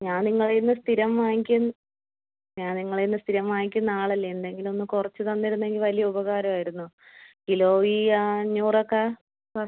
ഞാൻ നിങ്ങളുടേയിൽനിന്ന് സ്ഥിരം ഞാൻ നിങ്ങളുടേയിൽനിന്ന് സ്ഥിരം വാങ്ങിക്കുന്ന ആളല്ലേ എന്തെങ്കിലും ഒന്ന് കുറച്ച് തന്നിരുന്നെങ്കിൽ വലിയ ഉപകാരമായിരുന്നു കിലോയി ആ അഞ്ഞൂറൊക്കെ അ